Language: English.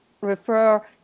refer